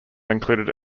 included